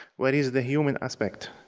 where is the human aspect?